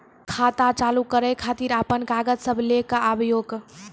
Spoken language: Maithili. खाता चालू करै खातिर आपन कागज सब लै कऽ आबयोक?